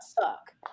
suck